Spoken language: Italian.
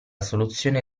soluzione